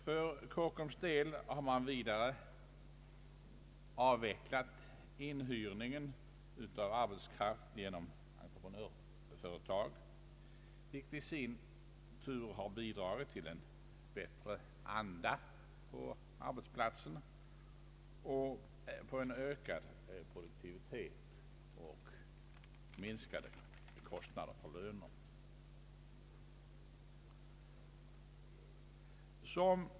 För Kockums del har man dessutom vidare avvecklat inhyrningen av arbetskraft genom entreprenörföretag, vilket i sin tur har bidragit till en bättre anda på arbetsplatsen och till en ökad produktivitet och minskade kostnader för löner.